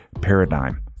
paradigm